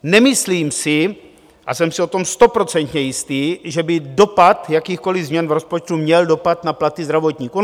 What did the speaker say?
Nemyslím si, a jsem si o tom stoprocentně jistý, že by dopad jakýchkoli změn v rozpočtu měl dopad na platy zdravotníků.